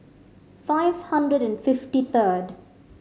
five hundred and fifty third